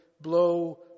blow